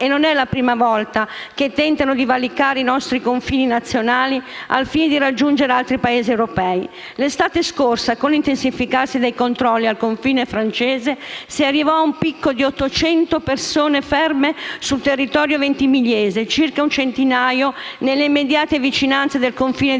e non è la prima volta che tentano di valicare i nostri confini nazionali, al fine di raggiungere altri Paesi europei. L'estate scorsa, con l'intensificarsi dei controlli al confine francese, si arrivò a un picco di 800 persone ferme sul territorio ventimigliese, circa un centinaio nelle immediate vicinanze del confine di